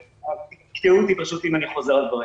אז תקטעו אותי פשוט אם אני חוזר על דברים.